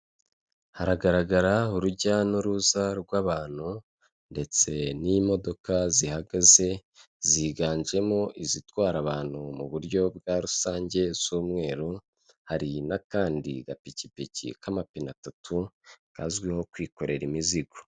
Haragaragara urujya n'uruza rw'abantu ndetse n'imodoka zihagaze ziganjemo izitwara abantu muburyo bwa rusange z'umweru, hari n'akandi gapikipiki k'amapine atatu kazwiho kwikorera imizigo.